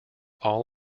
all